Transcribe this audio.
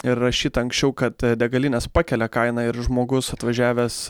ir rašyta anksčiau kad degalinės pakelia kainą ir žmogus atvažiavęs